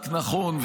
רק נכון,